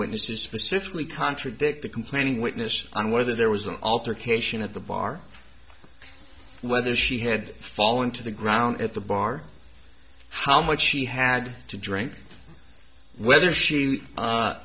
witnesses specifically contradict the complaining witness on whether there was an altercation at the bar whether she had fallen to the ground at the bar how much she had to drink whether she a